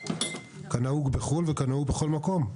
כנהוג בחו"ל וכנהוג בכל מקום?